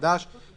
התשל"ב 1972,